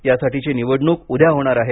यासाठीची निवडणूक उद्या होणार आहे